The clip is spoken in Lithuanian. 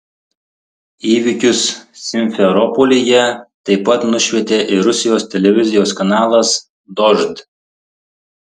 įvykius simferopolyje taip pat nušvietė ir rusijos televizijos kanalas dožd